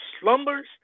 slumbers